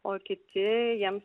o kiti jiems